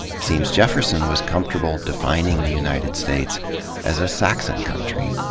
seems jefferson was comfortable defining the united states as a saxon country.